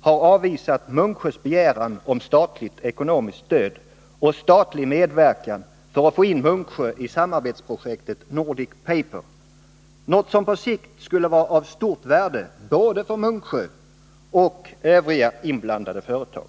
har avvisat Munksjös begäran om statligt ekonomiskt stöd och statlig medverkan för att få in Munksjö i samarbetsprojektet Nordic Paper — något som på sikt skulle vara av stort värde både för Munksjö och för övriga inblandade företag.